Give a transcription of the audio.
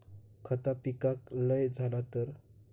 खता पिकाक लय झाला तर?